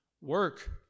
work